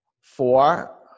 four